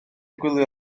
gwylio